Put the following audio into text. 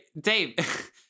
Dave